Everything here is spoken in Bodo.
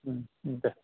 ओम ओम दे